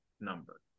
number